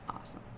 Awesome